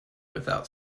without